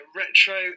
retro